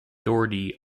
doherty